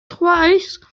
twice